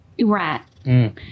right